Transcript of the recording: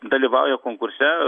dalyvauja konkurse